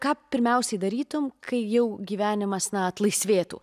ką pirmiausiai darytum kai jau gyvenimas na atlaisvėtų